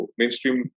mainstream